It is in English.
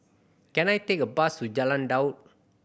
can I take a bus to Jalan Daud